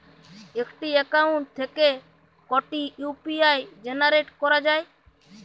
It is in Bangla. একটি অ্যাকাউন্ট থেকে কটি ইউ.পি.আই জেনারেট করা যায়?